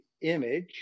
image